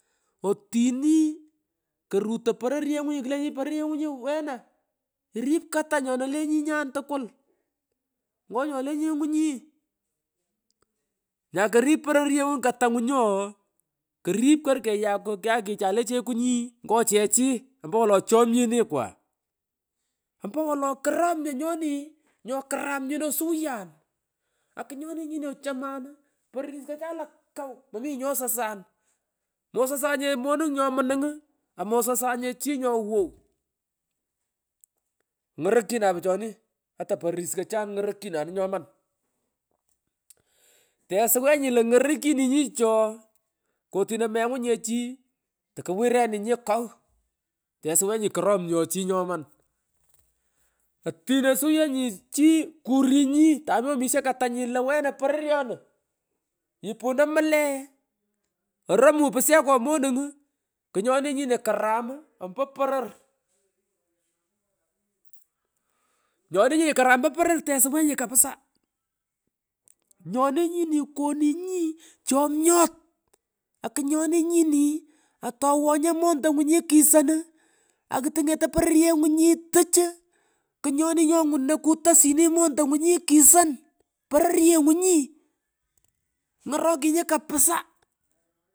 Otini koruto poroghengu nyi kulenjinyi poroghengu nyi wena irip kata nyona le nyinyan tukul ngo nyole nyengu nyi nyakorip phonge ngu katangunyi nyioo korap kor keyakwu kyakichay le cheku nyi ngo chechii ompowolo chomnyenekwa ompowolo koromnyo nyoni nyokaram nyino osuwayan akunyoni nyino ochoman pororis kachan lakaw mominye nyo sasan mososanye monung nyomunung amososanye chii nyo wow kumugh ngarokchina puchoni ata pororis kachan ngorokyinore nyoman mmh tesuwenyi lo ngorokwininyi karamango chi nyaman kim otino suwuyenyi chii kurungi tami omisho katanyi lo wena poronyi ni ipuno mlee oromun pusheko monung kunyoni nyino karam mmh ompo poror ngalan pich nyoni nyino karam ompo poror tesuwenyi kapisa nyoni nyino konunyi chomnyot akunyoni nyini atawenyo mondongunyi kison uuh akutungeti poror yengu nyi tuch uu kenyoni nyongunoy kutosyini montongunyi kison poror yengu nyi ngorokenyi kapisa.